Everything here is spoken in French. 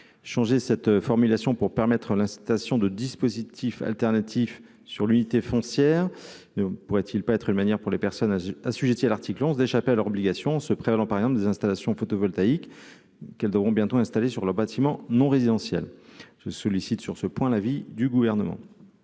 changer cette formulation pour permettre la citation de dispositif alternatif sur l'unité foncière ne pourrait-il pas être une manière pour les personnes assujetties à l'article 11 échapper à leur obligation se prévalant, par exemple, des installations photovoltaïques qu'elles devront bientôt installé sur le bâtiment non résidentiel, je sollicite sur ce point, l'avis du gouvernement